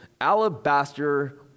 alabaster